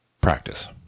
practice